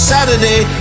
Saturday